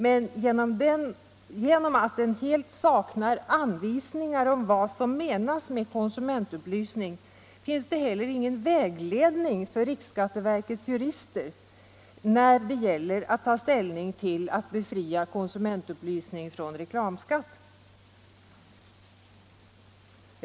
Men genom att reklamskatteförordningen helt saknar anvisningar om vad som menas med konsumentupplysning finns det heller ingen vägledning för riksskatteverkets jurister när det gäller att ta ställning till att befria konsumentupplysning från reklamskatt.